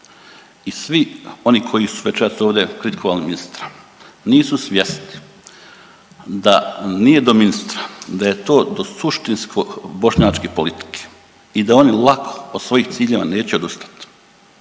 I svi oni koji su večeras ovdje kritikovali ministra nisu svjesni da nije do ministra, da je to do suštinsko bošnjačke politike i da oni lako od svojih ciljeva neće odustati,